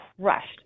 crushed